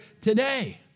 today